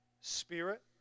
Spirit